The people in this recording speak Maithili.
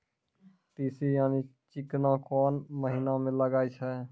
तीसी यानि चिकना कोन महिना म लगाय छै?